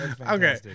okay